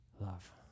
love